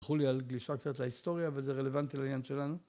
תלכו לי על גלישה קצת להיסטוריה ואת זה רלוונטי לעניין שלנו